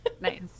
Nice